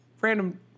random